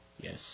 Yes